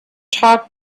talk